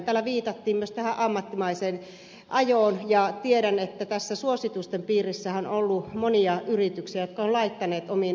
täällä viitattiin myös tähän ammattimaiseen ajoon ja tiedän että tässä suositusten piirissähän on ollut monia yrityksiä jotka ovat laittaneet omiin autoihinsa alkolukkoja